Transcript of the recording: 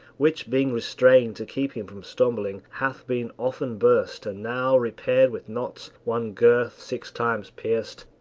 which, being restrained to keep him from stumbling, hath been often burst, and now repaired with knots one girth six times pieced,